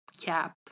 cap